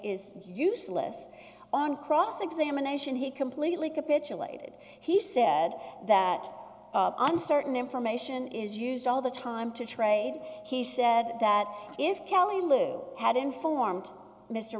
is useless on cross examination he completely capitulated he said that uncertain information is used all the time to trade he said that if kelly lou had informed mr